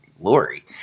Lori